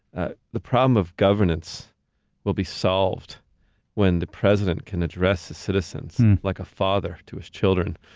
ah the problem of governance will be solved when the president can address the citizens like a father to his children,